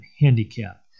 Handicap